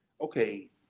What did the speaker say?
okay